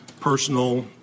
personal